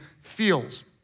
feels